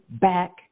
back